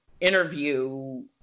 interview